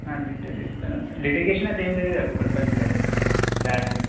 details చెప్తారా litigation అయితే ఏం లేదు కదా కూకట్పల్లి సైడ్ ల్యాండ్